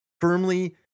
firmly